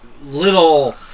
little